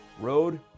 Road